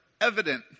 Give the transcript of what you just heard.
evident